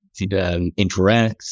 interacts